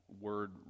word